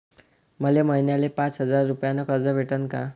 मले महिन्याले पाच हजार रुपयानं कर्ज भेटन का?